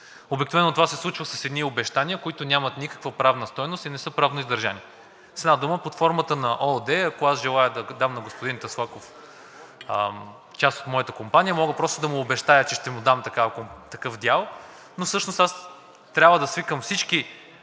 Обикновено това се случва с едни обещания, които нямат никаква правна стойност и не са правно издържани. С една дума – под формата на ООД, ако аз желая да дам на господин Таслаков част от моята компания, мога просто да му обещая, че ще му дам такъв дял, но всъщност трябва да свикам всички